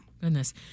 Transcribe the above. goodness